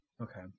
Okay